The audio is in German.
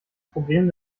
problem